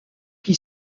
qui